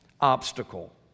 obstacle